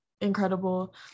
incredible